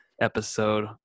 episode